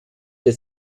der